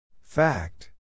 Fact